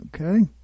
Okay